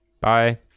bye